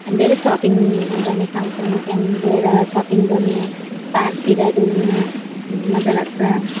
धेरै सपिङहरू गर्ने ठाउँ छन् त्यहाँनिर गएर सपिङ गर्नु पार्कतिर डुल्नु मजा लाग्छ